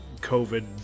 COVID